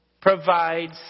provides